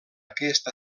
aquest